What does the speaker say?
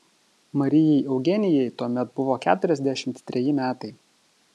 marijai eugenijai tuomet buvo keturiasdešimt treji metai